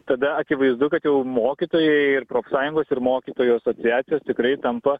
tada akivaizdu kad jau mokytojai ir profsąjungos ir mokytojų asociacijos tikrai tampa